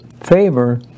favor